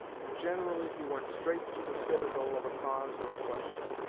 and generally he went straight to the citadel of a cause or a question,